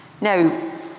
Now